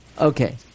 Okay